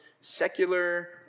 secular